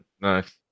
Nice